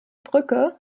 brücke